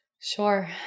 Sure